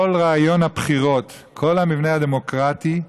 כל רעיון הבחירות, כל המבנה הדמוקרטי,